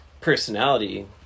personality